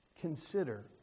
consider